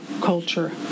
culture